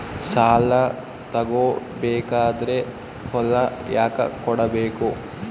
ಸಾಲ ತಗೋ ಬೇಕಾದ್ರೆ ಹೊಲ ಯಾಕ ಕೊಡಬೇಕು?